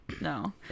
No